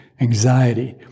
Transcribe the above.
anxiety